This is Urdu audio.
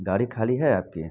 گاڑی خالی ہے آپ کی